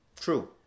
True